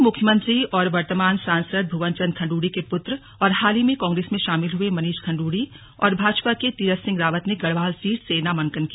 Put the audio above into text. पूर्व मुख्यमंत्री और वर्तमान सांसद भुवनचंद्र खंडूड़ी के पुत्र और हाल ही में कांग्रेस में शामिल हुए मनीष खंडूड़ी और भाजपा के तीरथ सिंह रावत ने गढ़वाल सीट से नामांकन किया